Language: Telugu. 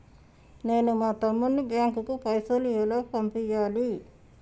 నేను మా తమ్ముని బ్యాంకుకు పైసలు ఎలా పంపియ్యాలి?